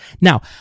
Now